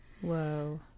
Whoa